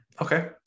Okay